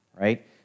right